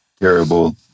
terrible